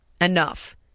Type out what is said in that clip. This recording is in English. Enough